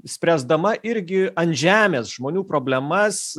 spręsdama irgi ant žemės žmonių problemas